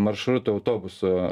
maršrutų autobusų